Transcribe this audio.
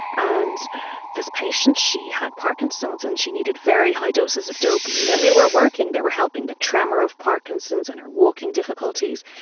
and this patient, she had parkinson's and she needed very high doses of dopamine, and they were working, they were helping the tremor of parkinson's and her walking difficulties.